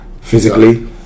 physically